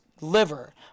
liver